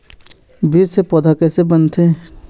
बीज से पौधा कैसे बनथे?